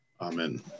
amen